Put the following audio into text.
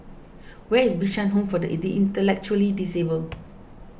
where is Bishan Home for the Intellectually Disabled